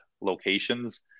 locations